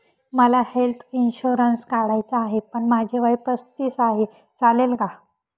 मला health insurance काढायचा आहे पण माझे वय पस्तीस आहे, चालेल का?